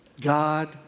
God